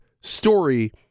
story